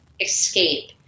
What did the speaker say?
escape